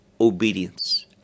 obedience